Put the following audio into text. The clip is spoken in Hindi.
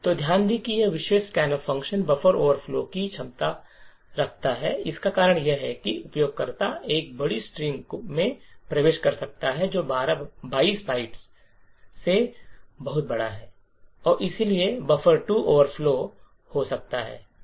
तो ध्यान दें कि यह विशेष स्कैनफ़ फ़ंक्शन बफर ओवरफ्लो की क्षमता है इसका कारण यह है कि उपयोगकर्ता एक बड़ी स्ट्रिंग में प्रवेश कर सकता है जो 22 बाइट से बहुत बड़ा है और इसलिए बफर2 ओवरफ्लो हो सकता है